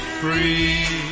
free